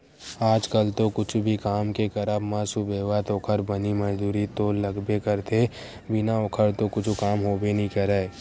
आज कल तो कुछु भी काम के करब म सुबेवत ओखर बनी मजदूरी तो लगबे करथे बिना ओखर तो कुछु काम होबे नइ करय